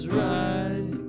right